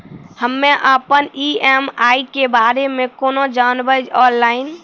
हम्मे अपन ई.एम.आई के बारे मे कूना जानबै, ऑनलाइन?